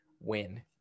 win